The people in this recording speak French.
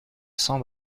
cents